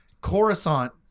Coruscant